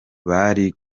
bari